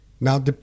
Now